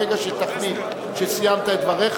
ברגע שתחליט שסיימת את דבריך,